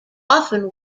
often